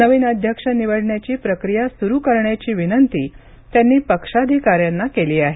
नवीन अध्यक्ष निवडण्याची प्रक्रिया सुरु करण्याची विनंती त्यांनी पक्षाधीकाऱ्यांना केली आहे